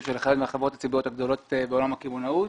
של אחת מהחברות הציבוריות הגדולות בעולם הקמעונאות,